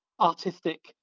artistic